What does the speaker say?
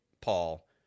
Paul